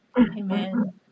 Amen